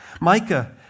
Micah